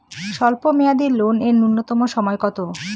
স্বল্প মেয়াদী লোন এর নূন্যতম সময় কতো?